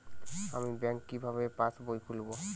আমি ব্যাঙ্ক কিভাবে পাশবই খুলব?